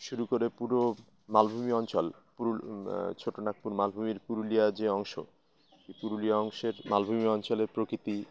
শুরু করে পুরো মালভূমি অঞ্চল পুরুল ছোটো নাগপুর মালভূমির পুরুলিয়া যে অংশ পুরুলিয়া অংশের মালভূমি অঞ্চলের প্রকৃতি